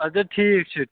اَدٕ ٹھیٖک چھُ